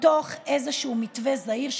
זאת מתוך איזשהו מתווה זהיר,